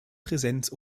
präsenz